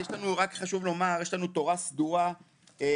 חשוב לומר יש לנו תורה סדורה שאנחנו